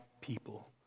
people